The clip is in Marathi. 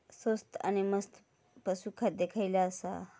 स्वस्त आणि मस्त पशू खाद्य खयला आसा?